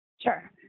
Sure